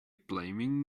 blaming